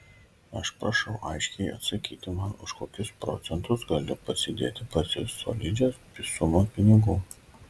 aš prašau aiškiai atsakyti man už kokius procentus galiu pasidėti pas jus solidžią sumą pinigų